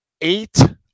eight